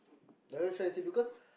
know what I'm trying to say because